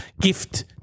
gift